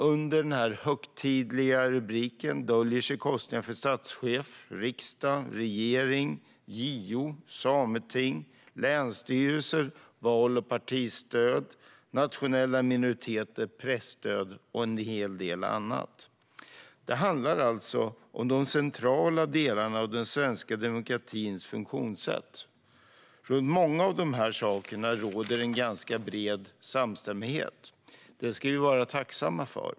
Under denna högtidliga rubrik döljer sig kostnader för statschef, riksdag, regering, JO, sameting, länsstyrelser, val och partistöd, nationella minoriteter, presstöd och en hel del annat. Det handlar om de centrala delarna av den svenska demokratins funktionssätt. Runt många av dessa saker råder ganska bred samstämmighet. Det ska vi vara tacksamma för.